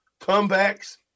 comebacks